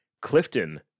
Clifton